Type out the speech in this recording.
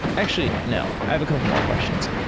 actually, no. i have a couple more questions.